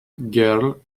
girl